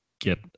get